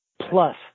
plus